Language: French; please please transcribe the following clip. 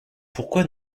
pourquoi